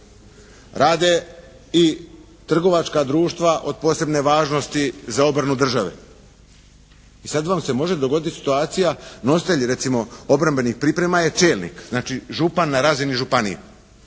rade i trgovačka društva od posebne važnosti za obranu države i sada vam se može dogoditi situacija nositelji recimo obrambenih priprema je čelnik, znači župan na razini županije,